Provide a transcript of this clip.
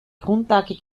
grundlage